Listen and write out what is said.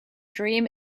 dream